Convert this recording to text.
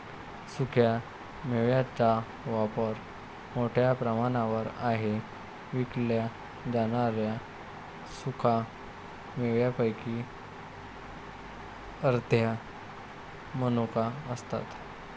सुक्या मेव्यांचा वापर मोठ्या प्रमाणावर आहे विकल्या जाणाऱ्या सुका मेव्यांपैकी अर्ध्या मनुका असतात